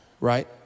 right